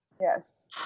Yes